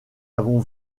avons